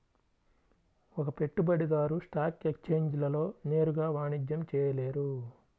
ఒక పెట్టుబడిదారు స్టాక్ ఎక్స్ఛేంజ్లలో నేరుగా వాణిజ్యం చేయలేరు